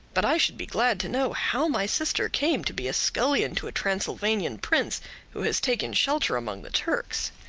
but i should be glad to know how my sister came to be scullion to a transylvanian prince who has taken shelter among the turks.